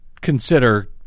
consider